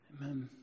amen